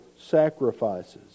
sacrifices